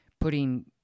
putting